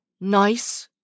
nice